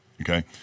okay